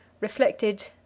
reflected